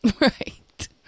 Right